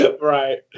right